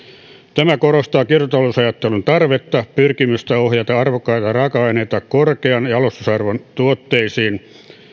tämä korostaa kiertotalousajattelun tarvetta pyrkimystä ohjata arvokkaita raaka aineita korkean jalostusarvon tuotteisiin